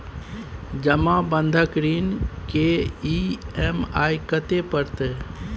जमा बंधक ऋण के ई.एम.आई कत्ते परतै?